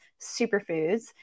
superfoods